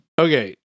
Okay